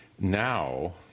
now